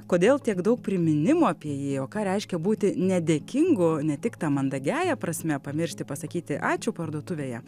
kodėl tiek daug priminimų apie jį o ką reiškia būti nedėkingu ne tik ta mandagiaja prasme pamiršti pasakyti ačiū parduotuvėje